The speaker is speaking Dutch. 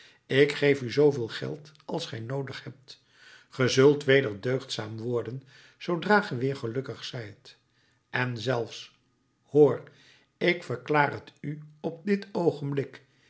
ik geef u zooveel geld als gij noodig hebt ge zult weder deugdzaam worden zoodra ge weder gelukkig zijt en zelfs hoor ik verklaar het u op dit oogenblik